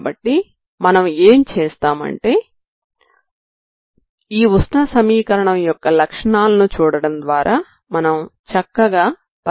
కాబట్టి మనం ఏం చేస్తామంటే ఈ ఉష్ణ సమీకరణం యొక్క లక్షణాలను చూడడం ద్వారా మనం చక్కగా పరిష్కారాన్ని పొందవచ్చు